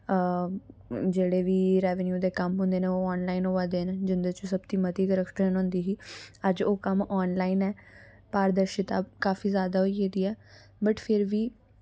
जेह्ड़े वी रेवेनुए दे कम्म होंदे न ओह् आनलाइन होआ दे न जिंदे च सबतो मति करप्शन होंदी ही अज ओह कम्म आनलाइन ऐ पारदर्शिता काफी जैदा होई गेदी ऐ बट फिर वी